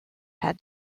had